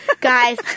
guys